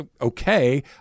okay